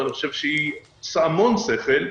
ואני חושב שיש בה המון היגיון,